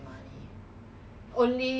but he willing to splurge on